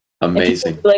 Amazing